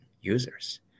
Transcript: users